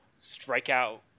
strikeout